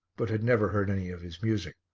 but had never heard any of his music.